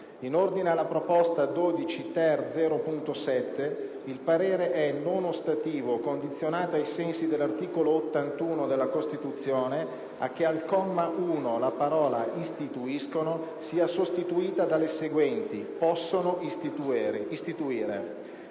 In ordine alla proposta 12-*ter*.0.7, il parere è non ostativo, condizionato, ai sensi dell'articolo 81 della Costituzione, a che al comma 1 la parola: "istituiscono" sia sostituita dalle seguenti: "possono istituire".